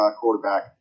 quarterback